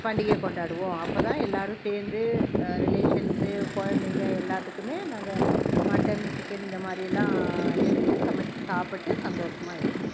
பண்டிகையை கொண்டாடுவோம் அப்போதான் எல்லாேரும் சேர்ந்து ரிலேஷன்ஸ்ஸு குழந்தைங்க எல்லாத்துக்குமே நாங்கள் மட்டன் சிக்கன் இந்த மாதிரியெல்லாம் எடுத்து சமைச்சு சாப்பிட்டு சந்தோஷமா இருப்போம்